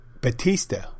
Batista